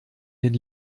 den